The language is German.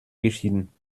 geschieden